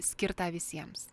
skirtą visiems